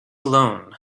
alone